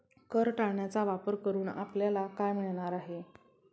कर टाळण्याचा वापर करून आपल्याला काय मिळणार आहे?